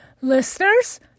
listeners